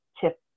tip